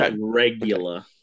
regular